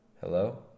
Hello